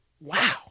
Wow